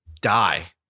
die